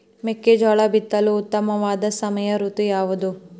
ಮೆಕ್ಕೆಜೋಳ ಬಿತ್ತಲು ಉತ್ತಮವಾದ ಸಮಯ ಋತು ಯಾವುದು?